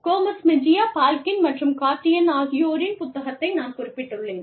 Gomez Mejia Balkin மற்றும் கார்டியின் ஆகியோரின் புத்தகத்தை நான் குறிப்பிட்டுள்ளேன்